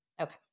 Okay